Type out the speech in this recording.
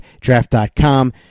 draft.com